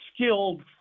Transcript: skilled